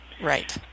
Right